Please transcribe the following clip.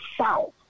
South